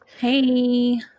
hey